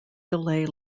delay